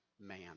man